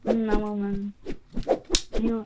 ம் ஆமாம் ma'am new